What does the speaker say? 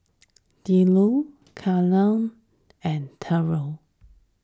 Hildur Kendell and Trever